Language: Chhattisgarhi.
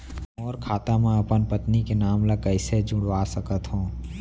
मोर खाता म अपन पत्नी के नाम ल कैसे जुड़वा सकत हो?